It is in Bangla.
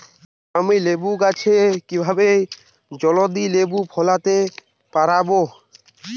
আমি লেবু গাছে কিভাবে জলদি লেবু ফলাতে পরাবো?